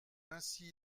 ainsi